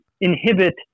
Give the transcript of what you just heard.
inhibit